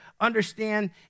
understand